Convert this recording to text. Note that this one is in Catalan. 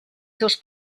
seus